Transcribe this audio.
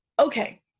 okay